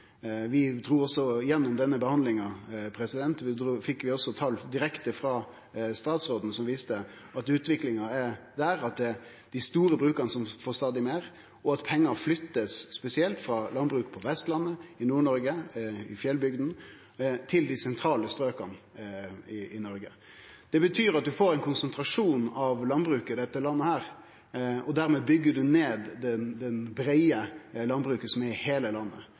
fekk vi også tal direkte frå statsråden som viste at utviklinga er at dei store bruka får stadig meir, og at pengar blir flytta, spesielt frå landbruk på Vestlandet, i Nord-Noreg og i fjellbygdene til dei sentrale strøka i Noreg. Det betyr at ein får ein konsentrasjon av landbruket i dette landet, og dermed byggjer ein ned det breie landbruket i heile landet.